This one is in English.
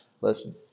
Listen